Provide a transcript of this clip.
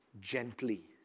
gently